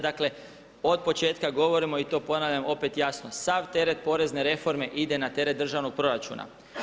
Dakle od početka govorimo i to ponavljam opet jasno, sav teret porezne reforme ide na teret državnog proračuna.